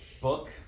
book